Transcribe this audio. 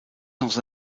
dans